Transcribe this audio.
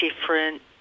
different